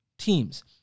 Teams